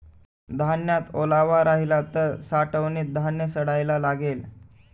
धान्यात ओलावा राहिला तर साठवणीत धान्य सडायला लागेल